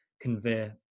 convey